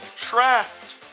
trapped